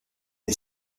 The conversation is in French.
est